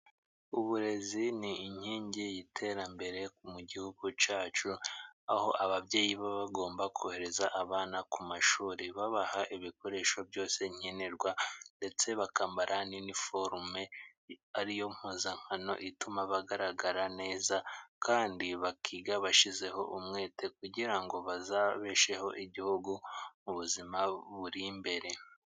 Uburezi ni inkingi y'iterambere mu gihugu cyacu, aho ababyeyi baba bagomba kohereza abana ku mashuri babaha ibikoresho byose nkenerwa, ndetse bakambara n'iniforume ari yo mpuzankano ituma bagaragara neza, kandi bakiga bashyizeho umwete kugira ngo bazabesheho igihugu mu buzima buri imbere.